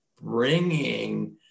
bringing